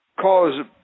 cause